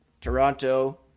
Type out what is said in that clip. Toronto